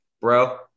Bro